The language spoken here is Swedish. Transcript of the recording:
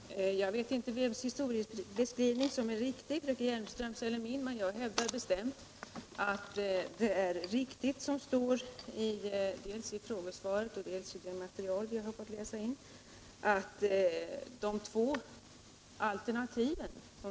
Herr talman! Jag vet inte vems historieskrivning som är riktig, fröken Hjelmströms eller min. Men jag hävdar bestämt att det som står om de två alternativ som skall presenteras i dels frågesvaret, dels det material vi fått läsa in är riktigt.